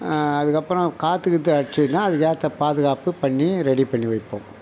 அதுக்கப்புறம் காற்று கீற்று அடிச்சுதுன்னா அதுக்கேற்ற பாதுகாப்பு பண்ணி ரெடி பண்ணி வைப்போம்